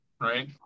Right